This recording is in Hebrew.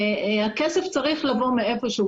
הכסף צריך לבוא ממקום כלשהו.